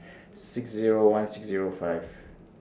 six Zero one six Zero five